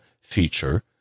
feature